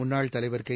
முன்னாள் தலைவர் கே